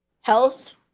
health